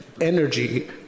energy